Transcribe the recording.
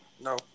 No